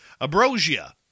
Abrosia